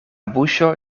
buŝo